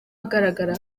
agaragara